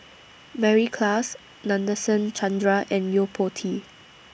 Mary Klass Nadasen Chandra and Yo Po Tee